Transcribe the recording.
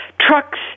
trucks